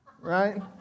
right